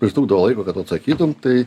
pritrūkdavo laiko kad tu atsakytum tai